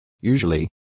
Usually